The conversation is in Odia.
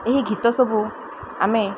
ଏହି ଗୀତ ସବୁ ଆମେ